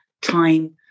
time